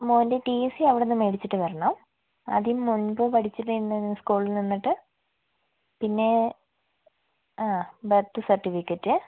മോൻ്റെ T C അവിടെനിന്ന് മേടിച്ചിട്ട് വരണം ആദ്യം മുൻപ് പഠിച്ചിരുന്ന സ്കൂളിൽ നിന്നിട്ട് പിന്നെ ബർത്ത് സർട്ടിഫിക്കറ്റ്